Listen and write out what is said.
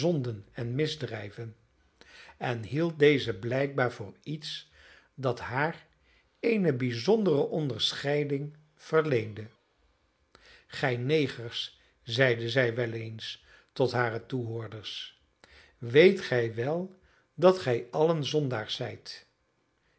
en misdrijven en hield deze blijkbaar voor iets dat haar eene bijzondere onderscheiding verleende gij negers zeide zij wel eens tot hare toehoorders weet gij wel dat gij allen zondaars zijt